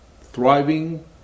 thriving